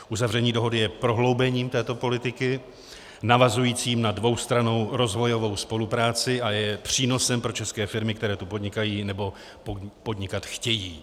Uzavření dohody je prohloubením této politiky navazujícím na dvoustrannou rozvojovou spolupráci a je přínosem pro české firmy, které tu podnikají nebo podnikat chtějí.